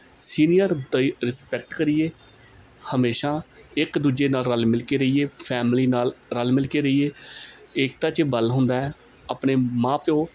senior ਦੀ respect ਕਰੀਏ ਹਮੇਸ਼ਾ ਇਕ ਦੂਜੇ ਨਾਲ ਰਲ ਮਿਲ ਕੇ ਰਹੀਏ ਫੈਮਲੀ ਨਾਲ ਰਲ ਮਿਲ ਕੇ ਰਹੀਏ ਏਕਤਾ ਚ ਬਲ ਹੁੰਦਾ ਹੈ ਆਪਣੇ ਮਾਂ ਪਿਓ